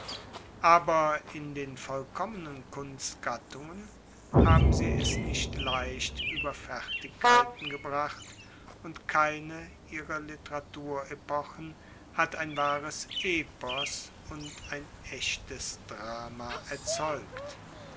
aber in den vollkommenen kunstgattungen haben sie es nicht leicht ueber fertigkeiten gebracht und keine ihrer literaturepochen hat ein wahres epos und ein echtes drama erzeugt